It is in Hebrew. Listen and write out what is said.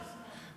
השמאל.